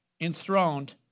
enthroned